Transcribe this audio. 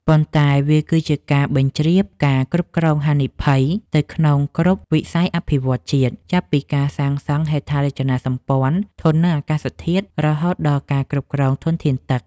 ប៉ុន្តែវាគឺជាការបញ្ជ្រាបការគ្រប់គ្រងហានិភ័យទៅក្នុងគ្រប់វិស័យអភិវឌ្ឍន៍ជាតិ ចាប់ពីការសាងសង់ហេដ្ឋារចនាសម្ព័ន្ធធន់នឹងអាកាសធាតុ រហូតដល់ការគ្រប់គ្រងធនធានទឹក។